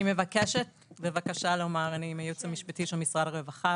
אני מהייעוץ המשפטי של משרד הרווחה,